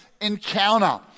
Encounter